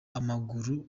amaguru